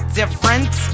different